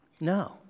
No